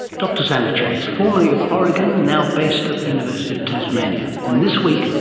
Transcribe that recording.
dr zanna chase, formerly of oregon, now based at the university of tasmania. and this week,